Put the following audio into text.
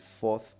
fourth